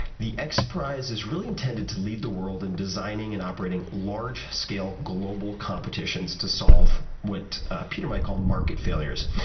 the xprize is really intended to lead the world in designing and operating large scale, global competitions to solve what peter might call market failures.